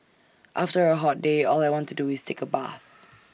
after A hot day all I want to do is take A bath